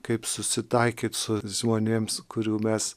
kaip susitaikyt su žmonėms kurių mes